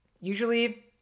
Usually